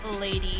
lady